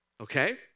okay